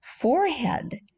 forehead